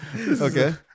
Okay